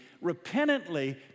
repentantly